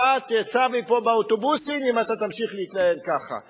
אתה תיסע מפה באוטובוסים אם אתה תמשיך להתנהל ככה.